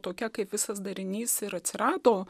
tokia kaip visas darinys ir atsirado